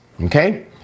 okay